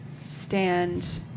stand